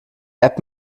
app